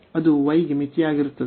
ಅದು y ಗೆ ಮಿತಿಯಾಗಿರುತ್ತದೆ